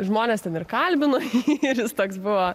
žmonės ten ir kalbino jį ir jis toks buvo